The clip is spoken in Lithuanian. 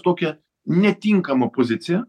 tokia netinkama pozicija